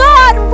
God